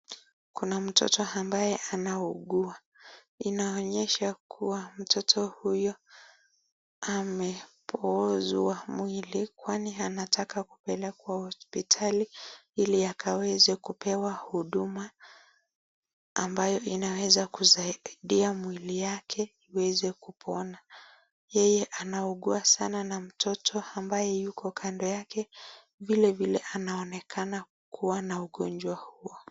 Kuna mtoto ambaye anauguwa. Inaonyesha kuwa mtoto huyo amepoozwa mwili kwani anataka kupelekwa hospitali ili akaweze kupewa huduma ambayo inaweza kusaidia mwili yake iweze kupona. Yeye anaumwa sana na mtoto ambaye yuko kando yake vile vile anaonekana kuwa na ugonjwa huo.